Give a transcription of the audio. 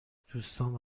دوستان